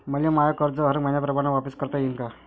मले माय कर्ज हर मईन्याप्रमाणं वापिस करता येईन का?